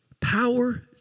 Power